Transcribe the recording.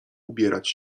ubierać